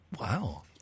Wow